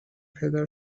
پدر